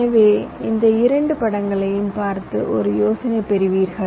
எனவே இந்த இரண்டு படங்களையும் பார்த்து ஒரு யோசனை பெறுவீர்கள்